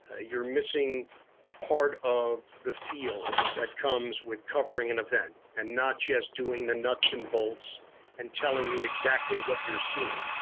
ah you're missing part of the feel that comes with covering an event and not just doing the nuts and bolts and telling you exactly what you're seeing.